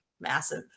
massive